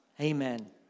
amen